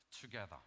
together